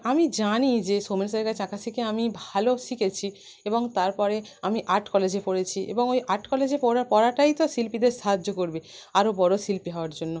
আমি জানি যে সৌমেন স্যরের কাছে শিখে আমি ভালো শিখেছি এবং তারপরে আমি আর্ট কলেজে পড়েছি এবং ওই আর্ট কলেজে পড়া পড়াটাই তো শিল্পীদের সাহায্য করবে আরও বড় শিল্পী হওয়ার জন্য